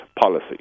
policy